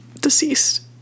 deceased